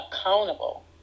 accountable